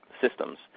systems